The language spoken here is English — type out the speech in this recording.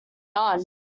none